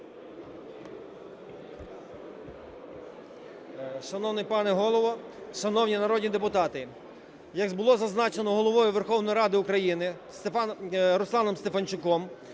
Шановний пане Голово, шановні народні депутати, як було зазначено Головою Верховної Ради України Русланом Стефанчуком,